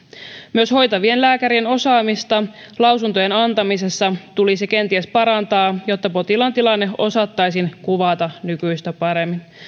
myös hoitavien lääkärien osaamista lausuntojen antamisessa tulisi kenties parantaa jotta potilaan tilanne osattaisiin kuvata nykyistä paremmin